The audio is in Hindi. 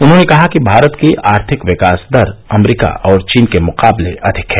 उन्होंने कहा कि भारत की आर्थिक विकास दर अमरीका और चीन के मुकाबले अधिक है